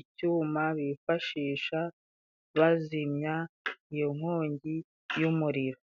icyuma bifashisha ,bazimya iyo nkongi y'umuriro.